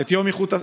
את יום איכות,